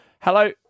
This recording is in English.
Hello